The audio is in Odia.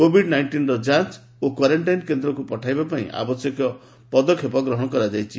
କୋଭିଡ୍ ନାଇଷ୍ଟିନ୍ର ଯାଞ୍ଚ ଓ କ୍ୱାରେଷ୍ଟାଇନ୍ କେନ୍ଦ୍ରକୁ ପଠାଇବା ପାଇଁ ଆବଶ୍ୟକୀୟ ପଦକ୍ଷେପ ଗ୍ରହଣ କରାଯାଇଛି